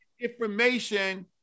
information